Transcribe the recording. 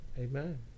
Amen